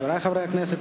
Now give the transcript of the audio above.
חברי חברי הכנסת,